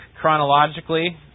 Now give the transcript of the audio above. chronologically